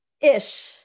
ish